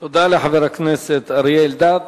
תודה לחבר הכנסת אריה אלדד.